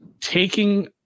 taking